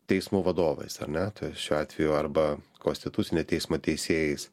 teismų vadovais ar ne tai šiuo atveju arba konstitucinio teismo teisėjais